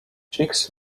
chicks